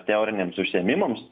teoriniams užsiėmimams